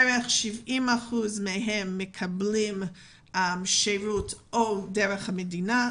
70% מהם מקבלים שירות או דרך המדינה,